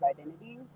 identities